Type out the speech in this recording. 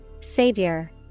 Savior